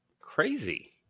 Crazy